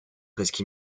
presque